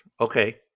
Okay